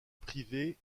privée